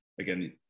again